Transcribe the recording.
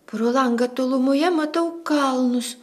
pro langą tolumoje matau kalnus